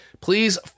please